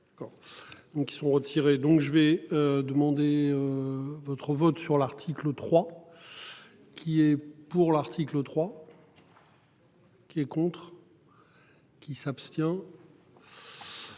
Donc ils sont retirés. Donc je vais demander. Votre vote sur l'article 3. Qui est pour l'article 3. Qui est contre. Qui s'abstient.